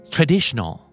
Traditional